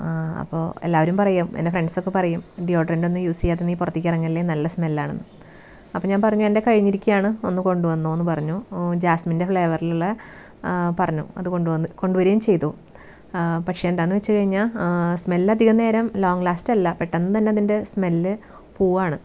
അപ്പോൾ എല്ലാവരും പറയും എൻ്റെ ഫ്രണ്ട്സൊക്കെ പറയും ഡിയോഡ്രൻ്റ് ഒന്നും യൂസ് ചെയ്യാതെ നീ പുറത്തേക്ക് ഇറങ്ങല്ലേ നല്ല സ്മെല്ലാണെന്ന് അപ്പം ഞാൻ പറഞ്ഞു എൻ്റെ കഴിഞ്ഞിരികുകയാണ് ഒന്നു കൊണ്ടു വന്നോ എന്നു പറഞ്ഞു ജാസ്മിൻ്റെ ഫ്ളേവറിലുള്ളത് പറഞ്ഞു അതുകൊണ്ട് വന്ന് കൊണ്ടു വരികയും ചെയ്തു പക്ഷെ എന്താണെന്നു വച്ച് കഴിഞ്ഞാൽ സ്മെല്ല് അധികനേരം ലോങ്ങ് ലാസ്റ്റ് അല്ല പെട്ടെന്ന് തന്നെ അതിൻ്റെ സ്മെല്ല് പോവുകയാ ണ്